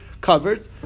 covered